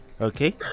Okay